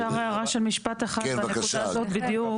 אם אפשר הערה של משפט אחד בנקודה הזאת בדיוק.